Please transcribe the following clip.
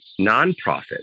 nonprofit